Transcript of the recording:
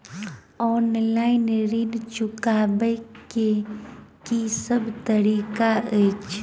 Online ऋण चुकाबै केँ की सब तरीका अछि?